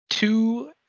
Two